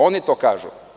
Oni to kažu.